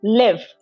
live